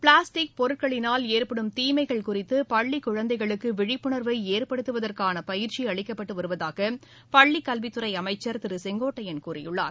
plastic பொருட்களினால் ஏற்படும் தீஸ்கள் குறித்து பள்ளிக் குழந்தைகளுக்கு விழிப்புணா்வை ஏற்படுத்தவதற்கான பயிற்சி அளிக்கப்பட்டு வருவதாக பள்ளிக் கல்வித்துறை அமைச்சர் திரு செங்கோட்டையன் கூறியுள்ளார்